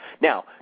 Now